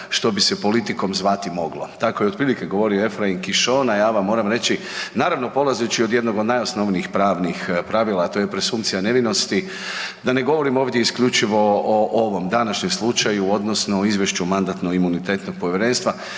što bi se politikom zvati moglo“. Tako je otprilike govorio Ephraim Kishon, a ja vam moram reći, naravno polazeći od jednog od najosnovnijih pravnih pravila, a to je presumpcija nevinosti, da ne govorim ovdje isključivo o ovom današnjem slučaju odnosno izvješću MIP-a nego općenito